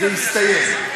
זה יסתיים.